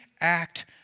act